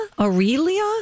Aurelia